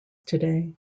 today